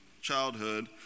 childhood